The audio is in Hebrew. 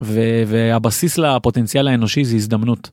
והבסיס לפוטנציאל האנושי זה הזדמנות.